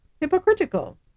Hypocritical